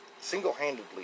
single-handedly